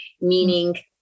meaning